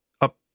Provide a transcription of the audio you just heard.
up